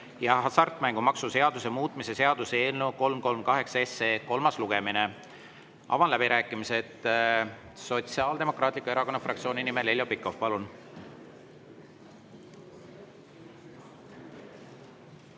hasartmängumaksu seaduse muutmise seaduse eelnõu 338 kolmas lugemine. Avan läbirääkimised. Sotsiaaldemokraatliku Erakonna fraktsiooni nimel Heljo Pikhof, palun!